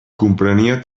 comprenia